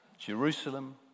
Jerusalem